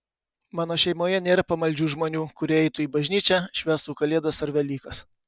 mano šeimoje nėra pamaldžių žmonių kurie eitų į bažnyčią švęstų kalėdas ar velykas